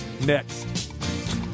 next